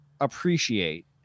appreciate